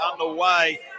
underway